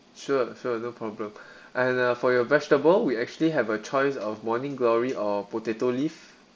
sure sure no problem and uh for your vegetable we actually have a choice of morning glory or potato leaf